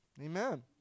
Amen